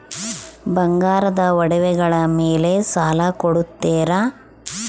ಬಂಗಾರದ ಒಡವೆಗಳ ಮೇಲೆ ಸಾಲ ಕೊಡುತ್ತೇರಾ?